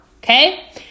Okay